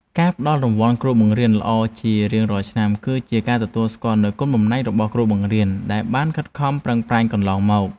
ការផ្តល់រង្វាន់គ្រូបង្រៀនល្អជារៀងរាល់ឆ្នាំគឺជាការទទួលស្គាល់នូវគុណបំណាច់របស់គ្រូបង្រៀនដែលបានខិតខំប្រឹងប្រែងកន្លងមក។